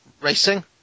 racing